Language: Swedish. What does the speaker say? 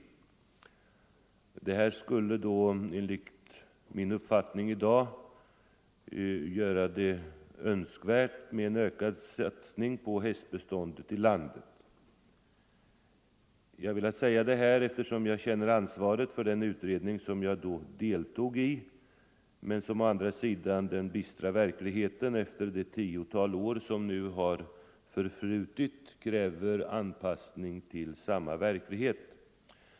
Detta skulle enligt min uppfattning i dag göra det önskvärt med en ökad satsning på hästbeståndet i landet. Jag har velat säga detta, eftersom jag känner ansvaret för den utredning som jag då deltog i; efter det tiotal år som nu har förflutit krävs anpassning till den bistra verkligheten.